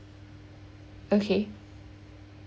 okay